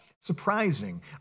surprising